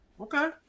Okay